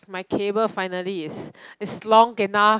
my cable finally is is long enough